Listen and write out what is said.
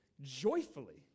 joyfully